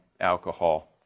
alcohol